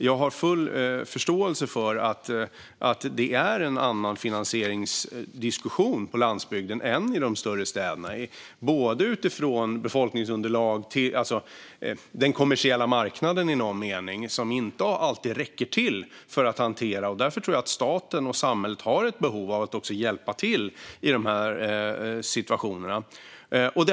Jag har full förståelse för att det är en annan finansieringsdiskussion på landsbygden än i de större städerna utifrån befolkningsunderlag och den kommersiella marknaden som i någon mening inte alltid räcker till. Därför tror jag att staten och samhället har ett behov av att också hjälpa till i de här situationerna.